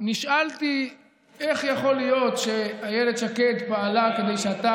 נשאלתי איך יכול להיות שאילת שקד פעלה כדי שאתה,